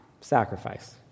Sacrifice